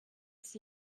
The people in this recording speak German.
ist